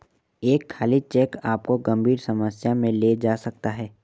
एक खाली चेक आपको गंभीर समस्या में ले जा सकता है